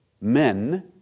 men